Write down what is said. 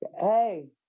Hey